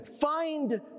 find